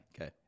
Okay